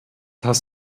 hast